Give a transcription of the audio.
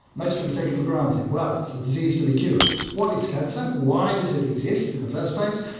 most people take it for granted, well, it's a disease to be cured. what is cancer? why does it exist in the first place,